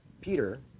Peter